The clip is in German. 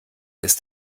ist